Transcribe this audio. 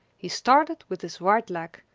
he started with his right leg,